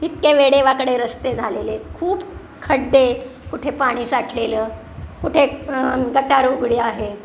इतके वेडेवाकडे रस्ते झालेले खूप खड्डे कुठे पाणी साठलेलं कुठे गटार उघडी आहे